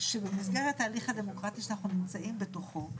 שבמסגרת ההליך הדמוקרטי שאנחנו נמצאים בתוכו,